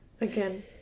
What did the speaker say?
Again